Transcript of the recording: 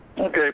Okay